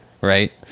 right